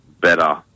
better